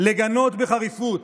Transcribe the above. לגנות בחריפות